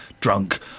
drunk